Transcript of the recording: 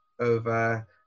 over